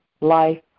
life